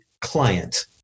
client